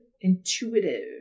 intuitive